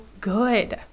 good